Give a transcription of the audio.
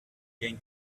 gain